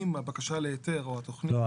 אם הבקשה להיתר או התכנית --- לא.